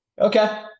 Okay